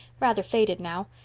rather faded now,